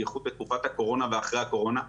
בייחוד בתקופת הקורונה ואחרי הקורונה.